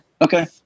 Okay